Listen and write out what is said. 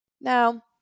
Now